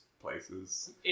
places